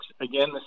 Again